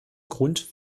grund